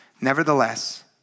Nevertheless